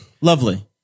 Lovely